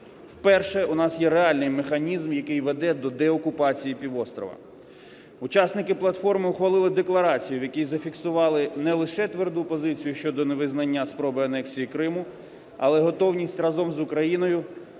Уперше у нас є реальний механізм, який веде до деокупації півострова. Учасники платформи ухвалили декларацію, в якій зафіксували не лише тверду позицію щодо невизнання спроби анексії Криму, але готовність разом з Україною